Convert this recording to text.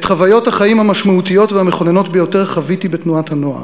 את חוויות החיים המשמעותיות והמכוננות ביותר חוויתי בתנועת הנוער.